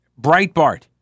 Breitbart